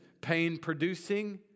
pain-producing